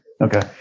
Okay